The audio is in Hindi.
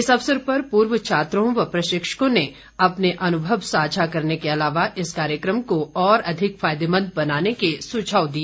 इस अवसर पर पूर्व छात्रों व प्रशिक्षकों ने अपने अनुभव सांझा करने के अलावा इस कार्यक्रम को और अधिक फायदेमंद बनाने के सुझाव दिए